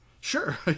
Sure